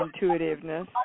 intuitiveness